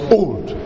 old